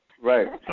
Right